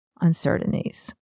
uncertainties